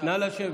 נא לשבת.